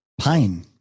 pain